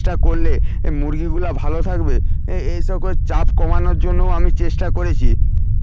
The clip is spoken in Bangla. চাষটা করলে এ মুরগিগুলা ভালো থাকবে এ এই সকল চাপ কমানোর জন্যও আমি চেষ্টা করেছি